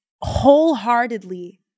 wholeheartedly